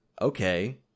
okay